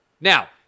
Now